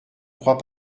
crois